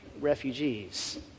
refugees